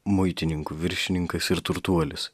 muitininkų viršininkas ir turtuolis